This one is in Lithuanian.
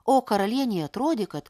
o karalienei atrodė kad